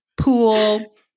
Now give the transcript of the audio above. Pool